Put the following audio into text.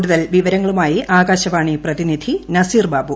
കൂടുതൽ വിവരങ്ങളുമായി ആകാശവാണി പ്രതിനിധി നസീർ ബാബു